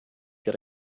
get